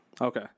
Okay